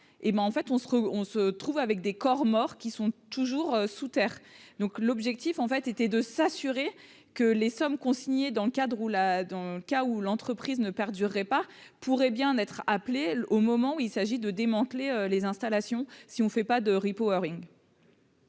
on se trouve avec des corps morts qui sont toujours sous terre, donc l'objectif en fait était de s'assurer que les sommes consignées dans le cadre où là, dans le cas où l'entreprise ne perdurerait pas pourrait bien être appelé au moment où il s'agit de démanteler les installations si on ne fait pas de reporting.